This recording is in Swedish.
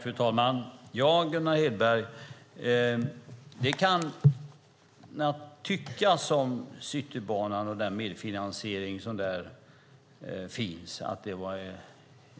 Fru talman! Det kan tyckas som att Citybanan och den medfinansiering som där finns var